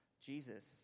Jesus